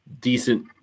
decent